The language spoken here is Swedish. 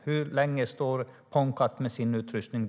Hur länge står Pon Cat där och väntar med sin utrustning?